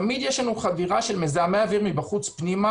תמיד יש לנו חדירה של מזהמי אוויר מבחוץ פנימה,